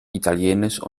italienisch